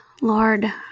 Lord